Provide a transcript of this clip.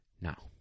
Now